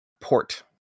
port